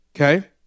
Okay